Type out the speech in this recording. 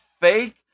fake